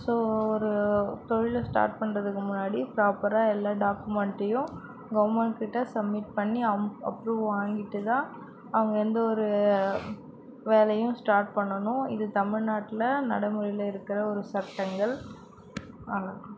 so ஒரு தொழிலை start பண்ணுறதுக்கு முன்னாடி ப்ராப்பராக எல்லா டாக்குமெண்டையும் கவுர்மெண்ட் கிட்டே சம்மிட் பண்ணி அவங்க அப்ரூவ் வாங்கிட்டு தான் அவங்க எந்த ஒரு வேலையும் ஸ்டார்ட் பண்ணணும் இது தமிழ்நாட்டில் நடமுறையில் இருக்கிற ஒரு சட்டங்கள் அவ்வளோதான்